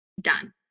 Done